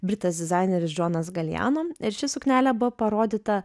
britas dizaineris džonas galijano ir ši suknelė buvo parodyta